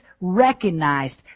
recognized